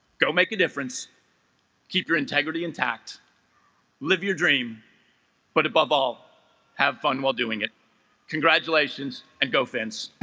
go make a difference keep your integrity intact live your dream but above all have fun while doing it congratulations and go finn's